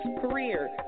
career